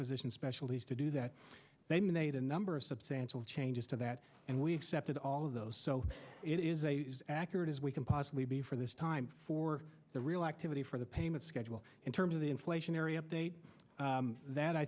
physicians specialties to do that they made a number of substantial changes to that and we accepted all of those so it is accurate as we can possibly be for this time for the real activity for the payment schedule in terms of the inflationary update that i